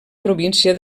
província